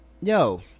yo